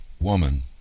woman